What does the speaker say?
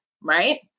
right